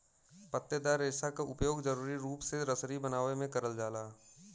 पत्तेदार रेसा क उपयोग जरुरी रूप से रसरी बनावे में करल जाला